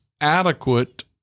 adequate